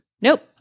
Nope